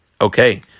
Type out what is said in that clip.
Okay